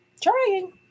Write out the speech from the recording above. Trying